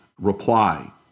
reply